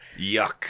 Yuck